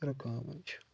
رُکاوان چھِ